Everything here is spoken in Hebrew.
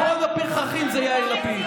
אחרון הפרחחים הוא יאיר לפיד.